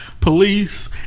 police